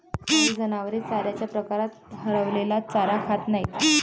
काही जनावरे चाऱ्याच्या प्रकारात हरवलेला चारा खात नाहीत